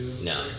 No